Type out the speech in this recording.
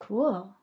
Cool